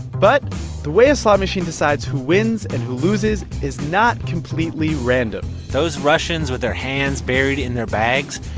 but the way a slot machine decides who wins and who loses is not completely random those russians with their hands buried in their bags,